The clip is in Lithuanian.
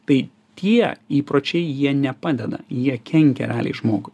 tai tie įpročiai jie nepadeda jie kenkia realiai žmogui